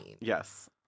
yes